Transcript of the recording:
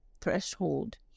threshold